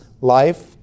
life